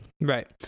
Right